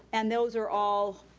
and those are all,